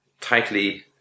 tightly